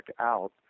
out